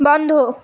বন্ধ